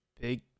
big